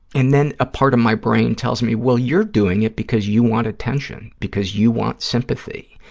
and then a part of my brain tells me, well, you're doing it because you want attention, because you want sympathy,